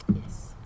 Yes